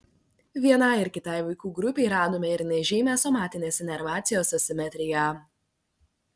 vienai ir kitai vaikų grupei radome ir nežymią somatinės inervacijos asimetriją